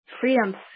freedom